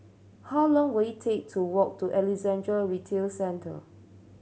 how long will it take to walk to Alexandra Retail Centre